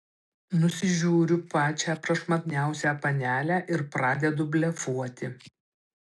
nusižiūriu pačią prašmatniausią panelę ir pradedu blefuoti